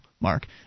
Mark